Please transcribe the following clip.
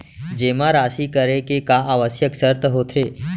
जेमा राशि करे के का आवश्यक शर्त होथे?